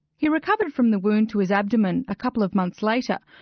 he recovered from the wound to his abdomen a couple of months later,